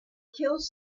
kills